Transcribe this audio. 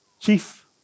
Chief